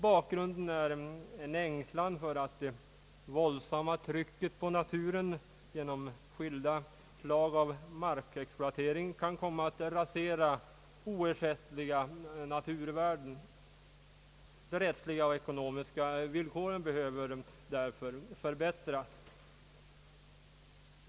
Bakgrunden är en ängslan för att det våldsamma trycket på naturen genom skilda slag av markexploatering kan komma att rasera oersättliga naturvärden. De rättsliga och ekonomiska villkoren behöver därför förbättras.